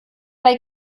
bei